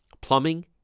Plumbing